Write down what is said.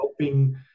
helping